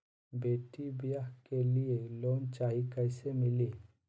बेटी ब्याह के लिए लोन चाही, कैसे मिली?